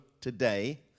today